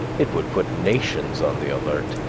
it would put nations on the alert.